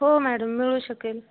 हो मॅडम मिळू शकेल